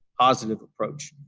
positive approach